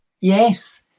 yes